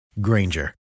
Granger